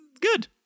good